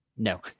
No